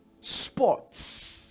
sports